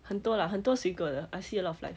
很多啦很多水果的 I see a lot of live